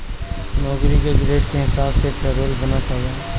नौकरी के ग्रेड के हिसाब से पेरोल बनत हवे